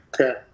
Okay